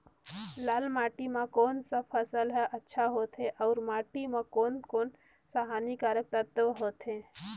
लाल माटी मां कोन सा फसल ह अच्छा होथे अउर माटी म कोन कोन स हानिकारक तत्व होथे?